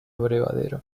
abrevadero